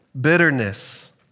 bitterness